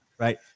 Right